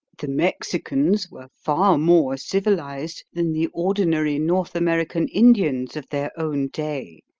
the mexicans were far more civilised than the ordinary north american indians of their own day,